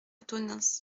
tonneins